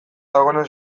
dagoena